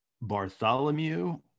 Bartholomew